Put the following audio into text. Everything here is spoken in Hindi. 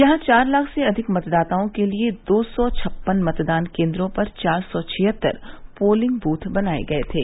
यहां चार लाख से अधिक मतदाताओं के लिये दो सौ छप्पन मतदान केन्द्रों पर चार सौ छियत्तर पोलिंग बूथ बनाये गये थे